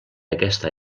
aquesta